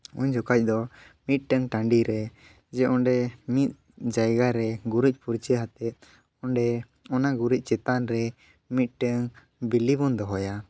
ᱩᱱ ᱡᱚᱠᱷᱟᱡ ᱫᱚ ᱢᱤᱫᱴᱟᱹᱝ ᱴᱟᱺᱰᱤᱨᱮ ᱡᱮ ᱚᱸᱰᱮ ᱢᱤᱫ ᱡᱟᱭᱜᱟᱨᱮ ᱜᱩᱨᱤᱡ ᱯᱷᱟᱹᱨᱪᱟ ᱦᱟᱛᱮᱫ ᱚᱸᱰᱮ ᱚᱱᱟ ᱜᱩᱨᱤᱡ ᱪᱮᱛᱟᱱᱨᱮ ᱢᱤᱫᱴᱟᱹᱝ ᱵᱤᱞᱤᱵᱚᱱ ᱫᱚᱦᱚᱭᱟ